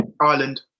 Ireland